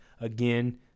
again